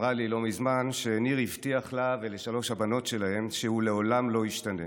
אמרה לי לא מזמן שניר הבטיח לה ולשלוש הבנות שלהם שהוא לעולם לא ישתנה.